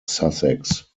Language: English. sussex